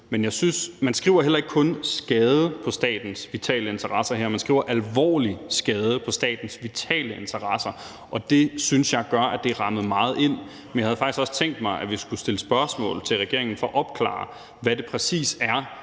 derude. Man skriver heller ikke kun »til skade for statens vitale interesser« her; man skriver »tilalvorlig skade for statens vitale interesser«. Og det synes jeg gør, at det er rammet meget ind. Men jeg havde faktisk også tænkt mig, at vi skulle stille spørgsmål til regeringen for at opklare, hvad det præcis er,